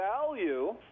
value